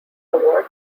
award